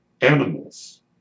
animals